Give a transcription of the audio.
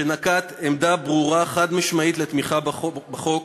שנקט עמדה ברורה חד-משמעית לתמיכה בחוק,